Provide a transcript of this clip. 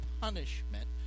punishment